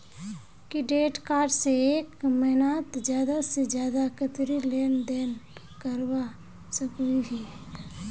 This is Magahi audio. क्रेडिट कार्ड से एक महीनात ज्यादा से ज्यादा कतेरी लेन देन करवा सकोहो ही?